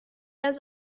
has